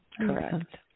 Correct